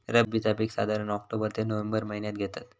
रब्बीचा पीक साधारण ऑक्टोबर ते नोव्हेंबर महिन्यात घेतत